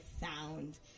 found